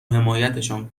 حمایتشان